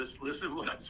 listen